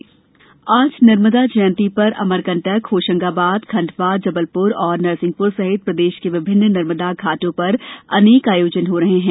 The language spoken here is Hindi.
नर्मदा जयंती आज नर्मदा जयंती पर अमरकंटकहोशंगाबादखंडवा जबलप्र और नरसिंहप्र सहित प्रदेश के विभिन्न नर्मदा घाटों पर अनेक आयोजन हो रहे हैं